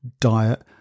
diet